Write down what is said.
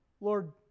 Lord